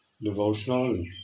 devotional